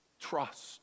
Trust